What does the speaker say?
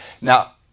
Now